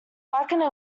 blackened